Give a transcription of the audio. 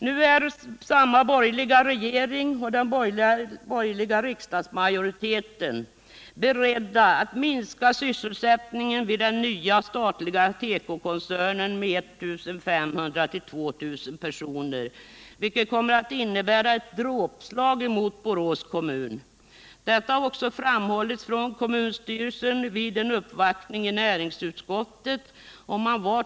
Nu är samma borgerliga regering och den borgerliga riksdagsmajoriteten beredda att minska sysselsättningen vid den nya statliga tekokoncernen med 1 500-2 000 personer, vilket kommer att innebära ett dråpslag mot Borås kommun. Detta har också framhållits av kommunstyrelsen vid en uppvaktning i näringsutskottet.